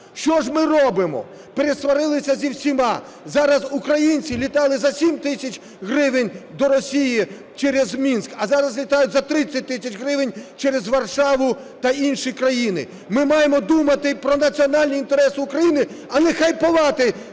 Що ж ми робимо? Пересварилися зі всіма. Зараз українці літали за 7 тисяч гривень до Росії через Мінськ. А зараз літають за 30 тисяч гривень через Варшаву та інші країни. Ми маємо думати про національні інтереси України, а не хайпувати